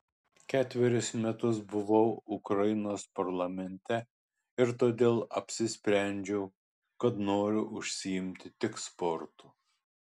ketverius metus buvau ukrainos parlamente ir todėl apsisprendžiau kad noriu užsiimti tik sportu